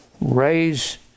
raise